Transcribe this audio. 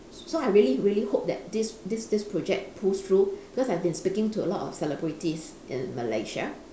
so I really really hope that this this this project pulls through because I've been speaking to a lot of celebrities in Malaysia